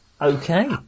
okay